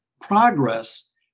progress